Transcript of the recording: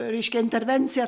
reiškia intervencija